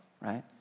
right